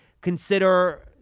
consider